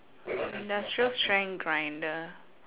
industrial strength grinder